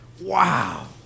Wow